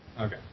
Okay